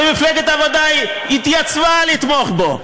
ומפלגת העבודה התייצבה לתמוך בו.